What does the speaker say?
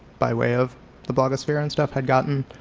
by way of the blogosphere and stuff had gotten.